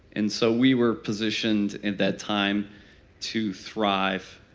and so we were positioned at that time to thrive,